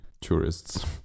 tourists